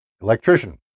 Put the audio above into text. Electrician